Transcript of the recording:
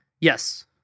Yes